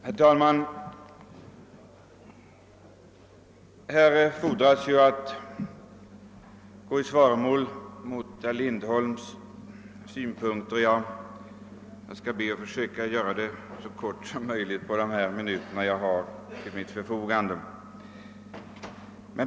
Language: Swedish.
Herr talman! Här fordras ju att jag ingår i svaromål på vad herr Lindholm har sagt. Jag skall försöka göra det på de minuter som står till mitt förfogande.